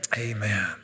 amen